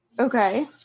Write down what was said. Okay